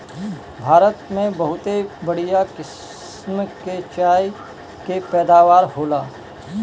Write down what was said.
भारत में बहुते बढ़िया किसम के चाय के पैदावार होला